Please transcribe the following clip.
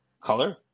color